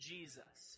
Jesus